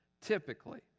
Typically